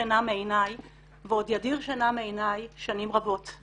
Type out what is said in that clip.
שינה מעיניי ועוד ידיר שינה מעיניי שנים רבות.